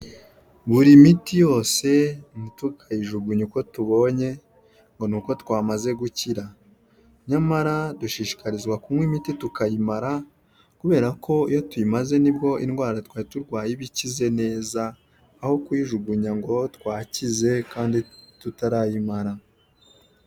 Buri miti yose ntitukayijugunye uko tubonye ngo uko twamaze gukira, nyamara dushishikarizwa kunywa imiti tukayimara; kubera ko iyo tuyimaze nibwo indwara twari turwaye iba ikize neza aho kuyijugunya ngo twakize kandi tutarayimara.